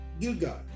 Gilgal